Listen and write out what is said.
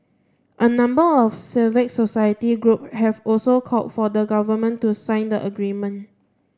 a number of civil society group have also called for the Government to sign the agreement